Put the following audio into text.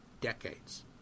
decades